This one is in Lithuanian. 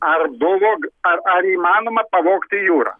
ar buvo ar ar įmanoma pavogti jūrą